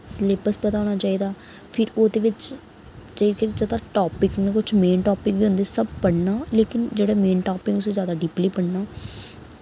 syllabus पता होना चाहिदा फिर ओह्दे बिच टॉपिक न किश मेन टॉपिक बी होंदे सब पढ़ना लेकिन जेह्ड़े मेन टॉपिक उस्सी जैदा डीपली पढ़ना